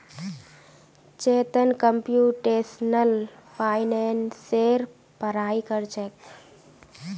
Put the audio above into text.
Chetan computational फाइनेंसेर पढ़ाई कर छेक